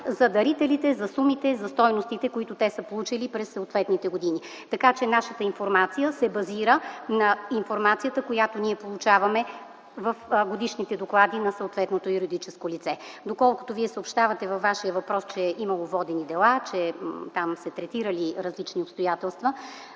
за дарителите, за сумите, за стойностите, които то е получило през съответните години. Така че нашата информация се базира на информацията, която ние получаваме в годишните доклади на съответното юридическо лице. Доколкото Вие съобщавате във Вашия въпрос, че имало водени дела, че там се третирали различни обстоятелства,